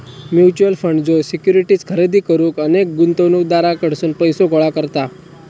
mutual fund ज्यो securities खरेदी करुक अनेक गुंतवणूकदारांकडसून पैसो गोळा करता